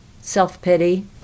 self-pity